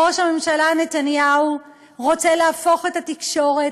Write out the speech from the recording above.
ראש הממשלה נתניהו רוצה להפוך את התקשורת